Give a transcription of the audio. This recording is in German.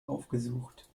aufgesucht